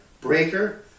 Breaker